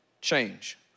change